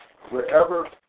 wherever